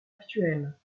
actuelle